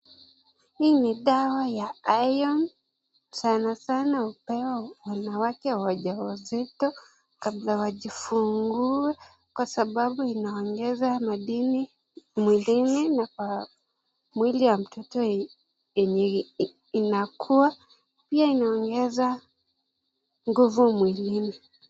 Hii ni dawa ya Iron ,sana sana hupewa wanawake wajawazito kabla wajifungue kwa sababu inaongeza madini mwilini na kwa mwili ya mtoto yenye inakua, pia inaongeza nguvu mwilini.